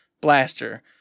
blaster